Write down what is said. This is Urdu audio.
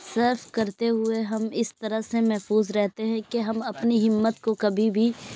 صرف کرتے ہوئے ہم اس طرح سے محفوظ رہتے ہیں کہ ہم اپنی ہمت کو کبھی بھی